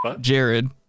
Jared